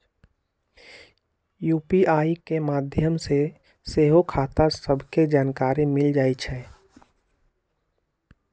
UPI के माध्यम से सेहो खता सभके जानकारी मिल जाइ छइ